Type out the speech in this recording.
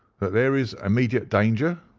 that there is immediate danger?